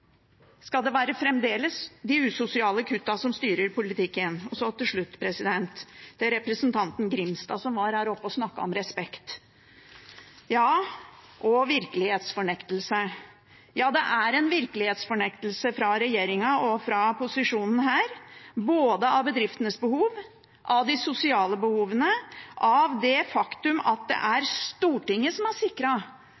Skal det fremdeles være de usosiale kuttene som styrer politikken? Så til slutt: Representanten Grimstad var her oppe og snakket om respekt og virkelighetsfornektelse. Ja, det er en virkelighetsfornektelse fra regjeringen og posisjonen – av bedriftenes behov, de sosiale behovene og det faktum at det er Stortinget som har sikret at ordningene er såpass som de er, både for bedriftene, for dem som er